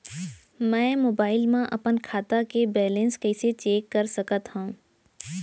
मैं मोबाइल मा अपन खाता के बैलेन्स कइसे चेक कर सकत हव?